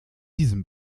diesem